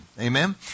Amen